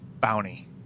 bounty